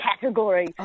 category